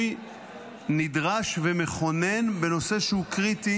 שינוי נדרש ומכונן בנושא שהוא קריטי